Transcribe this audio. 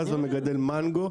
או מגדל מנגו,